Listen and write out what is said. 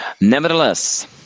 Nevertheless